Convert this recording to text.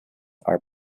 are